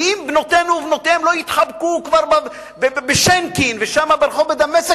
ואם בנותינו ובנותיהם לא יתחבקו בשינקין ושם ברחוב בדמשק,